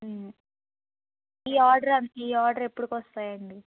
ఈ ఆర్డర్ ఈ ఆర్డర్ ఎప్పటికి వస్తాయండి